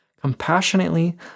compassionately